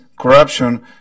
corruption